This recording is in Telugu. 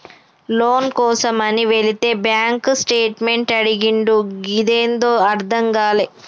లోను కోసమని వెళితే బ్యాంక్ స్టేట్మెంట్ అడిగిండు గదేందో అర్థం గాలే